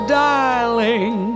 darling